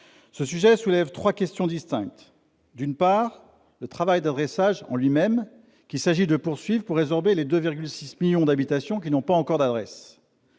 Ce sujet soulève trois questions distinctes. La première est celle du travail d'adressage en lui-même. Il convient de le poursuivre pour résorber les 2,6 millions d'habitations qui n'ont pas encore d'adresse.